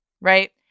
Right